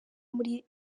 muri